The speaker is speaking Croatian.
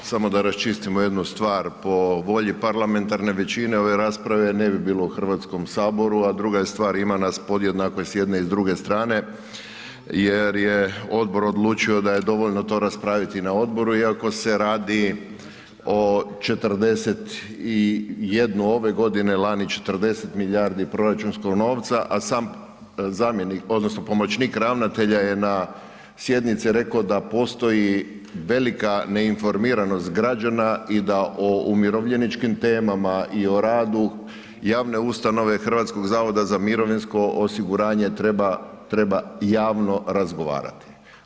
Samo da raščistimo jednu stvar, po volji parlamentarne većine ove rasprave ne bi bilo u Hrvatskom saboru a druga stvar ima nas podjednako i s jedne i s druge strane jer je odbor odlučio da je dovoljno to raspraviti na odboru iako se radi o 41. ove godine, lani 40 milijardi proračunskog novca a sam zamjenik, odnosno pomoćnik ravnatelja je na sjednici rekao da postoji velika neinformiranost građana i da o umirovljeničkim temama i o radu javne ustanove, HZMO-a treba javno razgovarati.